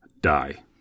die